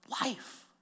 life